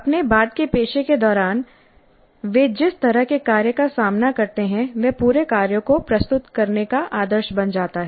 अपने बाद के पेशे के दौरान वे जिस तरह के कार्य का सामना करते हैं वह पूरे कार्यों को प्रस्तुत करने का आदर्श बन जाता है